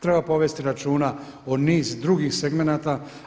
Treba povesti računa o niz drugih segmenata.